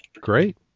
Great